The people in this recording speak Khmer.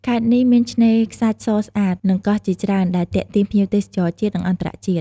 ខេត្តនេះមានឆ្នេរខ្សាច់សស្អាត និងកោះជាច្រើនដែលទាក់ទាញភ្ញៀវទេសចរជាតិ និងអន្តរជាតិ។